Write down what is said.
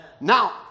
Now